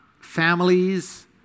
families